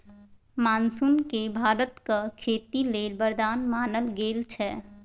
monsoon केँ भारतक खेती लेल बरदान मानल गेल छै